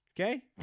Okay